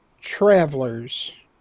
travelers